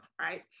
right